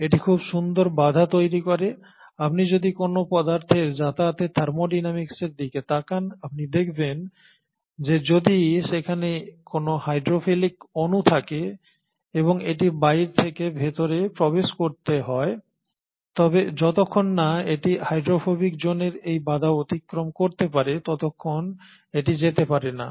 এটি খুব সুন্দর বাধা তৈরি করে আপনি যদি কোনও পদার্থের যাতায়াতের থার্মোডিনামিক্সের দিকে তাকান আপনি দেখবেন যে যদি সেখানে কোন হাইড্রোফিলিক অণু থাকে এবং এটি বাইর থেকে ভেতরে প্রবেশ করতে হয় তবে যতক্ষণ না এটি হাইড্রোফোবিক জোনের এই বাধা অতিক্রম করতে পারে ততক্ষণ এটি যেতে পারে না